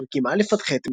בפרקים א'-ח',